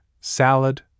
Salad